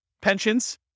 Pensions